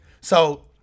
So-